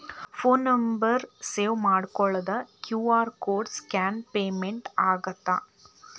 Phone number save ಮಾಡಿಕೊಳ್ಳದ QR code scan payment ಆಗತ್ತಾ?